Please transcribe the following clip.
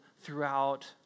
throughout